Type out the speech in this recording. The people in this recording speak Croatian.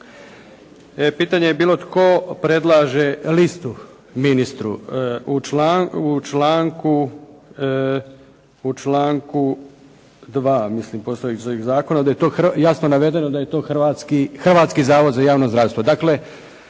Pitanje je bilo tko predlaže listu ministru? U članku 2. mislim postojećeg zakona jasno navedeno da je to Hrvatski zavod za javno zdravstvo.